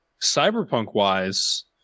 Cyberpunk-wise